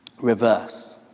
reverse